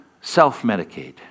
self-medicate